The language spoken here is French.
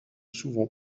souvent